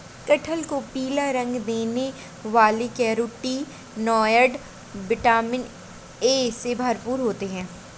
कटहल को पीला रंग देने वाले कैरोटीनॉयड, विटामिन ए से भरपूर होते हैं